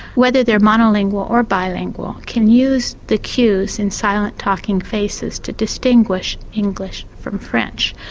whether they're monolingual or bilingual, can use the cues in silent talking faces to distinguish english from french.